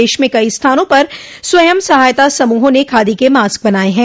देश में कई स्थानों पर स्वयं सहायता समूहों ने खादी के मास्क बनाए हैं